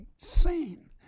insane